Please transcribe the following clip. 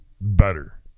Better